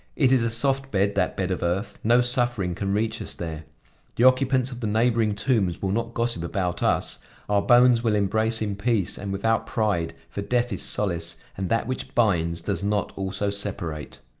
it is a soft bed, that bed of earth no suffering can reach us there the occupants of the neighboring tombs will not gossip about us our bones will embrace in peace and without pride, for death is solace, and that which binds does not also separate.